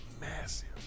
massive